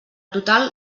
total